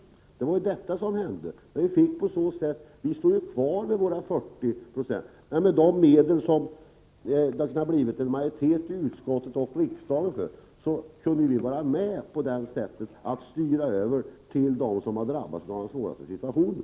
Detta var vad som hände. Vi stod kvar vid våra 40 96. Men de medel som det hade kunnat bli en majoritet för i utskottet och riksdagen hade vi på det sättet kunnat styra över till dem som drabbats av den svåraste situationen.